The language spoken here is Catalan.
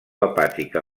hepàtica